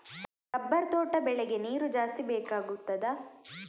Rubber ತೋಟ ಬೆಳೆಗೆ ನೀರು ಜಾಸ್ತಿ ಬೇಕಾಗುತ್ತದಾ?